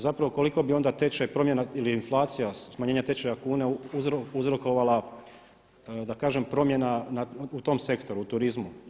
Zapravo koliko bi onda tečaj promjena ili inflacija smanjenja tečaja kune uzrokovala da kažem promjena u tom sektoru u turizmu.